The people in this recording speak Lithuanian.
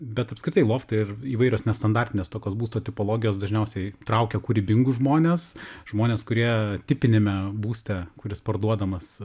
bet apskritai loftai ir įvairios nestandartinės tokios būsto tipologijos dažniausiai traukia kūrybingus žmones žmones kurie tipiniame būste kuris parduodamas